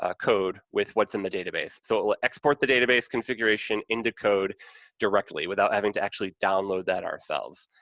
ah code with what's in the database, so it will export the database configuration into code directly without having to actually download that ourselves.